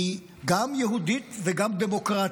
היא גם יהודית וגם דמוקרטית.